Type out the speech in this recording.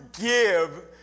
give